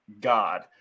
God